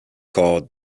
called